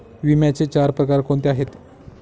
विम्याचे चार प्रकार कोणते आहेत?